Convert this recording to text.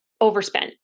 overspent